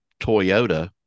Toyota